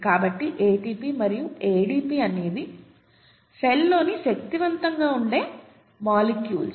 కాబట్టి ATP మరియు ADP అనేవి సెల్లోని శక్తివంతంగా ఉండే మాలిక్యూల్స్